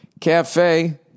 cafe